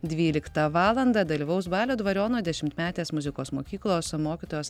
dvyliktą valandą dalyvaus balio dvariono dešimtmetės muzikos mokyklos mokytojos